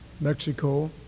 Mexico